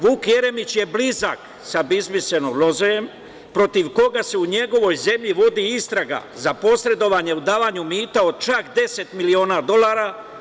Vuk Jeremić je blizak sa biznismenom Lozojem, protiv koga se u njegovoj zemlji vodi istraga za posredovanje u davanju mita od čak deset miliona dolara.